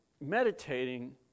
meditating